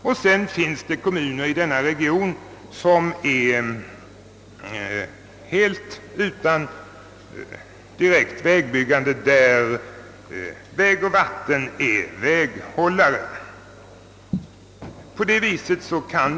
Dessutom finns det i denna region kommuner som helt saknar eget vägbyggande och för vilka vägoch vattenbyggnadsstyrelsen är väghållare.